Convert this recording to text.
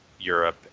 Europe